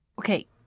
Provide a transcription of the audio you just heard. Okay